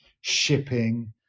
shipping